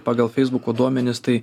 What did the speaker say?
pagal feisbuko duomenis tai